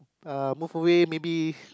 uh move away maybe